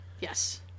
Yes